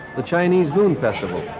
the chinese moon festival